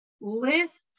Lists